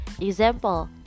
Example